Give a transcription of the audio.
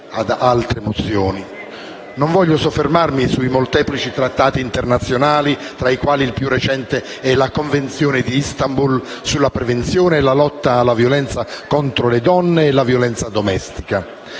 Non voglio soffermarmi sui molteplici trattati internazionali, tra i quali il più recente è la Convenzione di Istanbul sulla prevenzione e la lotta alla violenza contro le donne e la violenza domestica,